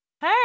hey